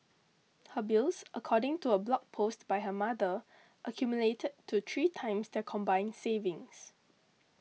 her bills according to a blog post by her mother accumulated to three times their combined savings